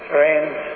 Friends